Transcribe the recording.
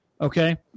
okay